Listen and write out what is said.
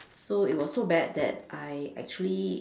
so it was so bad that I actually